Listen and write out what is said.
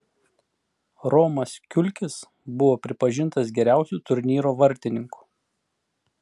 romas kiulkis buvo pripažintas geriausiu turnyro vartininku